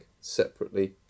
separately